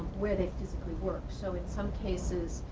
where they physically work. so, in some cases,